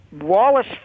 Wallace